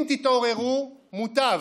אם תתעוררו, מוטב,